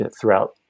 throughout